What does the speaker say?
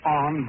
on